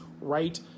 right